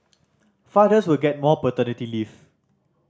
fathers will get more paternity leave